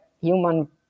human